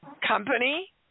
company